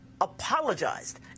apologized